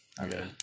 Okay